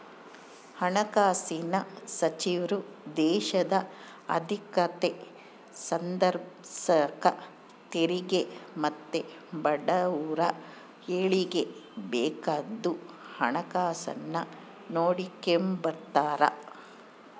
ಹಣಕಾಸಿನ್ ಸಚಿವ್ರು ದೇಶದ ಆರ್ಥಿಕತೆ ಸುಧಾರ್ಸಾಕ ತೆರಿಗೆ ಮತ್ತೆ ಬಡವುರ ಏಳಿಗ್ಗೆ ಬೇಕಾದ್ದು ಹಣಕಾಸುನ್ನ ನೋಡಿಕೆಂಬ್ತಾರ